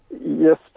Yes